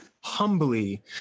humbly